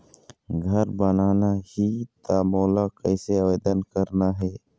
घर बनाना ही त मोला कैसे आवेदन करना हे?